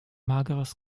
mageres